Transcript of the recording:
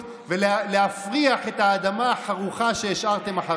ולהפריח את האדמה החרוכה שהשארתם אחריכם.